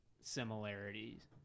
similarities